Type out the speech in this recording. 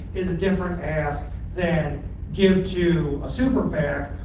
is a different ask than give to a super pac,